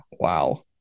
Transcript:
Wow